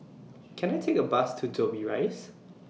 Can I Take A Bus to Dobbie Rise